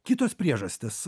kitos priežastys